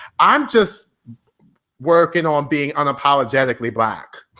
i'm just working on being unapologetically black.